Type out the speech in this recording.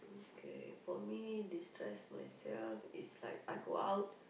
kay for me destress myself is like I go out